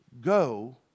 go